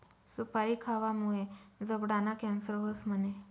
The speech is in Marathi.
सुपारी खावामुये जबडाना कॅन्सर व्हस म्हणे?